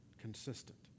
consistent